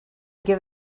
give